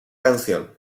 canción